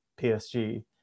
PSG